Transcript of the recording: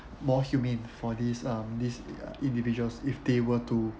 more humane for this um these individuals if they were to